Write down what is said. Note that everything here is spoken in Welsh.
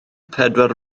pedwar